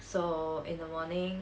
so in the morning